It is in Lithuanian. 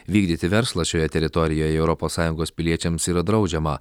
vykdyti verslą šioje teritorijoje europos sąjungos piliečiams yra draudžiama